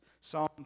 Psalm